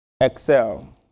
Excel